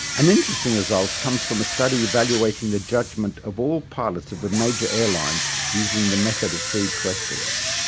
an interesting result comes from a study evaluating the judgement of all pilots of a major airline using the method of seed questions.